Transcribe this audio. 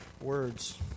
words